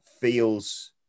feels